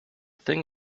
thing